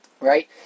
Right